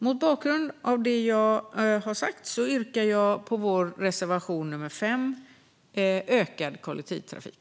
Mot bakgrund av det jag nu har sagt yrkar jag bifall till vår reservation nummer 5, Ökad kollektivtrafik.